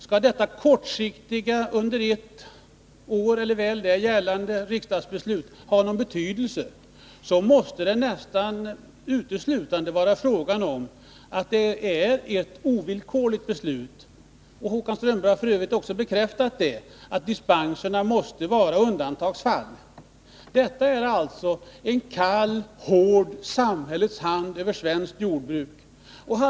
Skall detta kortsiktiga, under ett år eller väl det gällande riksdagsbeslut ha någon betydelse måste det nästan uteslutande vara fråga om ett ovillkorligt beslut. Nr 106 Håkan Strömberg har f. ö. också bekräftat detta och sagt att dispenserna Onsdagen den måste vara undantagsfall. 23 mars 1983 Detta är alltså en kall, hård samhällets hand över svenskt jordbruk.